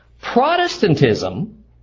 Protestantism